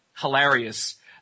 Hilarious